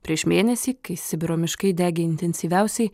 prieš mėnesį kai sibiro miškai degė intensyviausiai